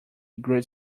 great